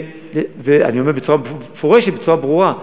ואני אומר בצורה מפורשת, בצורה ברורה: